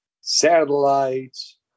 satellites